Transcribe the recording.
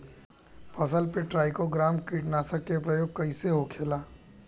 फसल पे trichogramma कीटनाशक के प्रयोग कइसे होखेला?